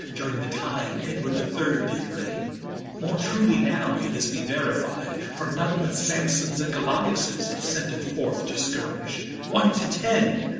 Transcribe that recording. during the time edward the third did raigne more truly now may this be verified for none but samsons and goliasses it sendeth forth to skirmish one to tenne?